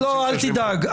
אל תדאג.